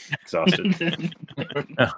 exhausted